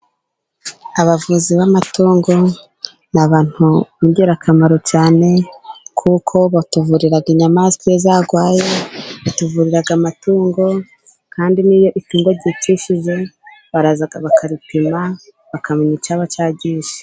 Abavuzi b'amatungo ni abantu b'ingirakamaro cyane, kuko batuvurira inyamaswa iyozarwaye, batuvurira amatungo, kandi niryo itungo ryipfushije baraza bakaripima. bakamenya icyaba cyaryishe.